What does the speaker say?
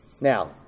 Now